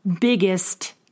biggest